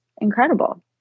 incredible